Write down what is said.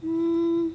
hmm